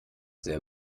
sehr